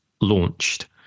launched